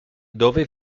dove